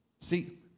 See